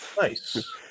Nice